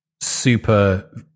super